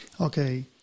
Okay